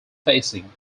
facing